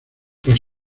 los